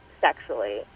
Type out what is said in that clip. sexually